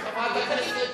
אבל למה הוא צועק?